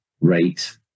rate